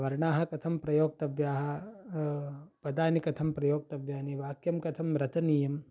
वर्णाः कथं प्रयोक्तव्याः पदानि कथं प्रयोक्तव्यानि वाक्यं कथं रचनीयम्